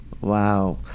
Wow